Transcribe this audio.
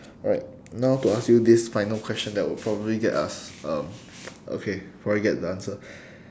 alright now to ask you this final question that will probably get us um okay probably get the answer